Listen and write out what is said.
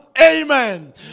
Amen